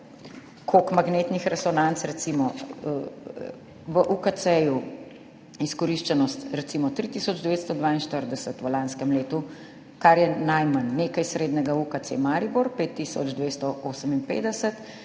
koliko magnetnih resonanc. Recimo v UKC izkoriščenost 3 tisoč 942 v lanskem letu, kar je najmanj, nekaj srednjega UKC Maribor, 5